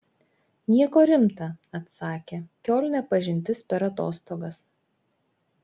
nieko rimta atsakė kiolne pažintis per atostogas